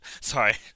Sorry